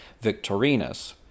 Victorinus